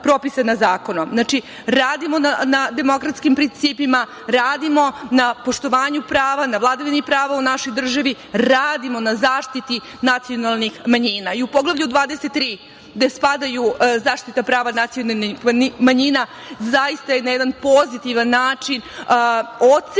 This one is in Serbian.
Znači, radimo na demokratskim principima, radimo na poštovanju prava, na vladavini prava u našoj državi, radimo na zaštiti nacionalnih manjina.U Poglavlju 23, gde spadaju zaštita prava nacionalnih manjina, zaista je na jedan pozitivan način ocenjen